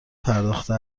پرداخته